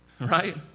right